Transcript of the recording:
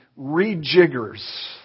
rejiggers